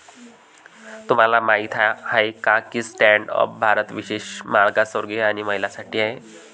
तुम्हाला माहित आहे का की स्टँड अप भारत विशेषतः मागासवर्गीय आणि महिलांसाठी आहे